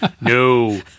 No